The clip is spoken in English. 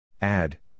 Add